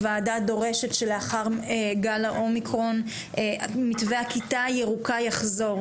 הוועדה דורשת שלאחר גל האומיקרון מתווה הכיתה הירוקה יחזור.